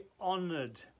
honoured